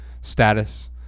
status